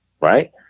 right